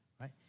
right